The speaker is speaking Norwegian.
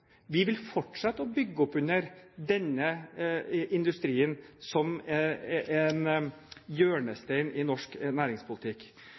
Vi vil fortsette å bygge opp under denne industrien som en hjørnestein i norsk næringspolitikk.